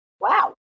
Wow